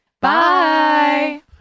Bye